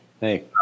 Hey